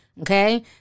okay